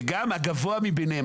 וגם הגבוה מביניהם.